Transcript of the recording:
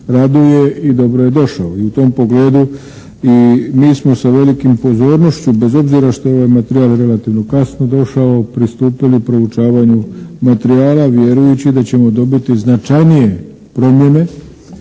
raduje i dobro je došao. I u tom pogledu i mi smo sa velikom pozornošću, bez obzira što je ovaj materijal relativno kasno došao pristupili proučavanju materijala vjerujući da ćemo dobiti značajnije promjene